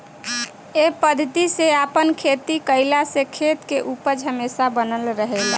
ए पद्धति से आपन खेती कईला से खेत के उपज हमेशा बनल रहेला